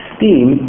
Steam